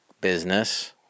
business